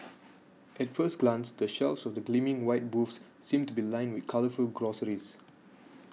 at first glance the shelves of the gleaming white booths seem to be lined with colourful groceries